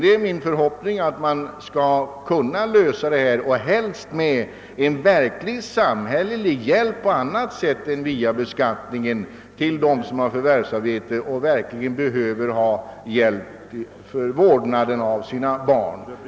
Det är min förhoppning att vi skall kunna lösa dessa problem, och helst med samhällelig hjälp på annat sätt än via beskattningen, för dem som har förvärvsarbete och verkligen behöver hjälp med vårdnaden av sina barn.